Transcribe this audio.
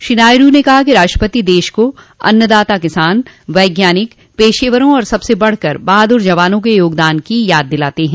श्री नायडू ने कहा कि राष्ट्रपति देश को अन्नदाता किसान वैज्ञानिक पेशेवरों और सबसे बढ़कर बहाद्र जवानों के योगदान की याद दिलाते हैं